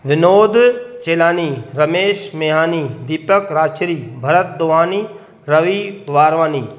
Vinod Chelani Ramesh Nihani Deepak Rajshree Bharat Dawani Ravi Warwani